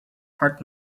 hard